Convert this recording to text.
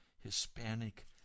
Hispanic